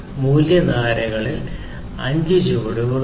മൂല്യ ധാരകളിൽ അഞ്ച് ചുവടുകളുണ്ട്